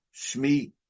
Shmi